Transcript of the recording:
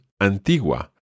Antigua